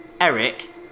Eric